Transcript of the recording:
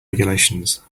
regulations